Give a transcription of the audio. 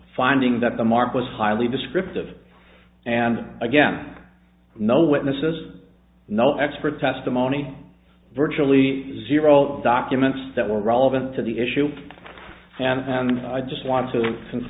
finding that the mark was highly descriptive and again no witnesses no expert testimony virtually zero documents that were relevant to the issue and i just want to